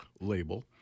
label